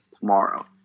tomorrow